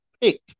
pick